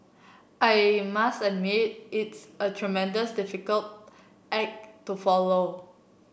I must admit it's a tremendous difficult act to follow